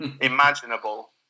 imaginable